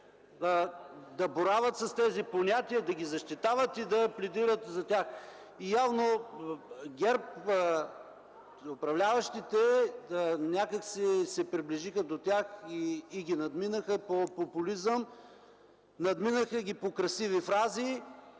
да боравят с тези понятия, да ги защитават и да пледират за тях. Явно управляващите от ГЕРБ някак си се приближиха до тях и ги надминаха по популизъм, надминаха ги по-красиви фрази.